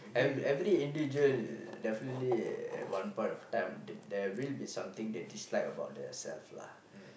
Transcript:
every every individual definitely at one point of time there will be something they dislike about themselves lah